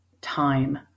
time